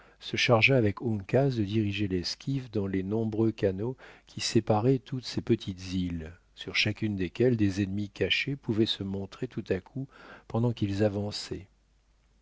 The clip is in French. se chargea avec uncas de diriger l'esquif dans les nombreux canaux qui séparaient toutes ces petites îles sur chacune desquelles des ennemis cachés pouvaient se montrer tout à coup pendant qu'ils avançaient